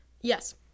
Yes